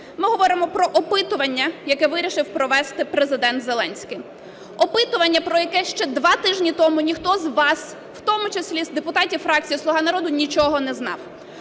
ми говоримо про опитування, яке вирішив провести Президент Зеленський. Опитування, про яке ще два тижні ніхто з вас, в тому числі з депутатів фракції "Слуга народу", нічого не знав.